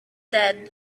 then